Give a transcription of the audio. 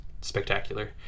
spectacular